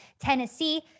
Tennessee